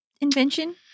invention